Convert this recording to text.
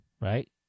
right